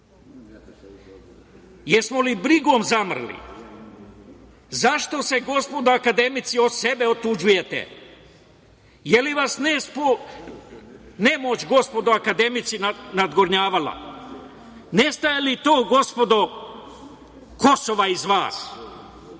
Jesmo li brigom zamrli? Zašto se, gospodo akademici, od sebe otuđujete? Je li vas nemoć, gospodo akademici, nadgornjavala? Nestaje li to, gospodo, Kosova iz vas?